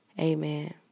Amen